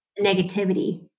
negativity